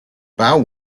bow